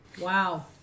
Wow